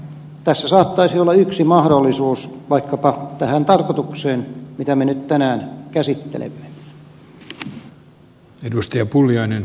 tässä saattaisi olla yksi mahdollisuus vaikkapa tähän tarkoitukseen mitä me nyt tänään käsittelemme